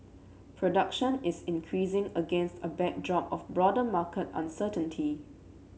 production is increasing against a backdrop of broader market uncertainty